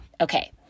Okay